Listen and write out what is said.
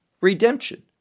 Redemption